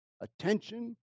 attention